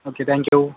okay thank you